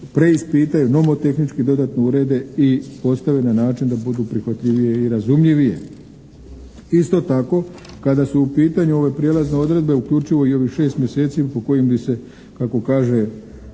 preispitaju, nomotehnički dodatno urede i postave na način da budu prihvatljivije i razumljivije. Isto tako kada su u pitanju ove prijelazne odredbe uključivo i ovih 6 mjeseci o kojim bi se kako kaže